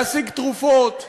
להשיג תרופות,